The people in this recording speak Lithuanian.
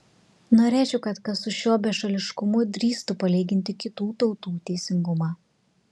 norėčiau kad kas su šiuo bešališkumu drįstų palyginti kitų tautų teisingumą